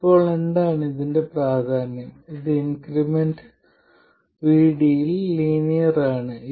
ഇപ്പോൾ എന്താണ് ഇതിന്റെ പ്രാധാന്യം ഇത് ഇൻക്രിമെന്റ് VD യിൽ ലീനിയർ ആണ്